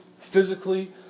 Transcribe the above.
physically